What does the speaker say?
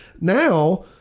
now